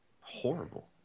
horrible